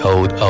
Old